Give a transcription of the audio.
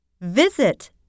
visit